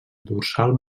dorsal